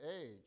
age